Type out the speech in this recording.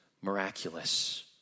miraculous